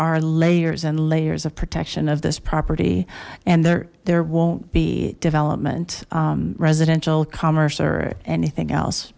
are layers and layers of protection of this property and there there won't be development residential commerce or anything else